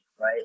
right